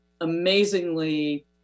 amazingly